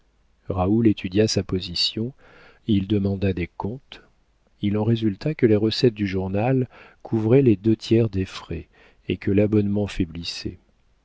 raoul étudia sa position il demanda des comptes il en résulta que les recettes du journal couvraient les deux tiers des frais et que l'abonnement faiblissait